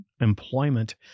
employment